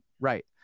Right